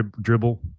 dribble